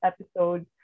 episode